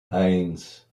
eins